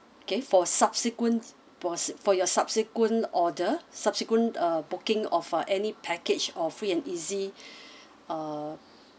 okay for subsequent for for your subsequent order subsequent uh booking of uh any package of free and easy uh